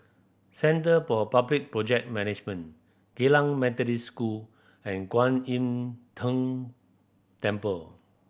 Centre for Public Project Management Geylang Methodist School and Kwan Im Tng Temple